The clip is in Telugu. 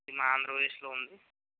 ఇది మా ఆంధ్ర ప్రదేశ్లో ఉంది